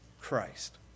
Christ